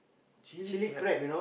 chilli crab